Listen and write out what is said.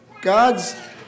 God's